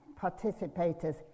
participators